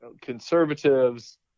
conservatives